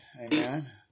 Amen